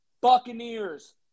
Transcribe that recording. Buccaneers